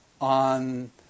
on